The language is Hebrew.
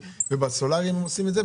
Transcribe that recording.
ובפנלים הסולריים היא עושה את זה,